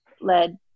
led